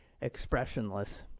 expressionless